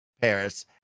paris